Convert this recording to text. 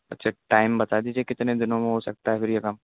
اچھا ٹائم بتا دیجیے کتنے دنوں میں ہو سکتا ہے پھر یہ کام